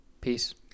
peace